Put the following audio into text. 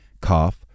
cough